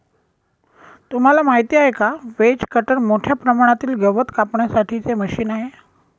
तुम्हाला माहिती आहे का? व्हेज कटर मोठ्या प्रमाणातील गवत कापण्यासाठी चे मशीन आहे